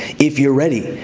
if you're ready,